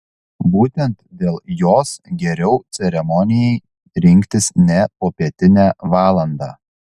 būtent dėl jos geriau ceremonijai rinktis ne popietinę valandą